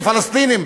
פלסטינים,